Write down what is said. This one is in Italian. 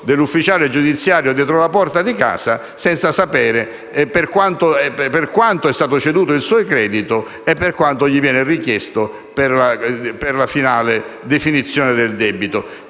l'ufficiale giudiziario dietro la porta di casa senza sapere per quanto è stato ceduto il suo credito e quanto gli viene richiesto per la finale definizione del debito.